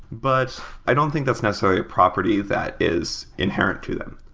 but i don't think that's necessarily a property that is inherent through them.